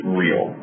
real